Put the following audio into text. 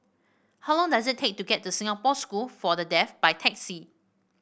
how long does it take to get to Singapore School for the Deaf by taxi